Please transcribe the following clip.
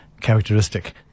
characteristic